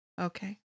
Okay